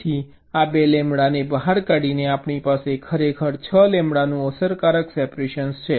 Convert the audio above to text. તેથી આ 2 લેમ્બડાને બહાર કાઢીને આપણી પાસે ખરેખર 6 લેમ્બડાનું અસરકારક સેપરેશન છે